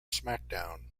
smackdown